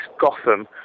Gotham